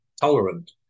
tolerant